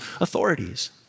authorities